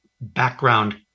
background